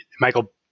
Michael